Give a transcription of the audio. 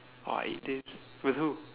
!wah! eight days with who